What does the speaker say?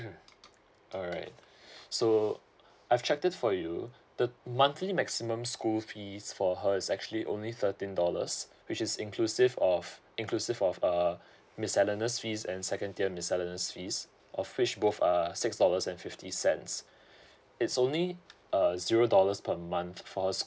alright so I've checked this for you the monthly maximum school fees for her is actually only thirteen dollars which is inclusive of inclusive of err miscellaneous fees and second tier miscellaneous fees orf which both are six dollars and fifty cents it's only a zero dollars per month for